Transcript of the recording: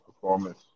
performance